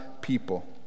people